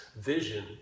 vision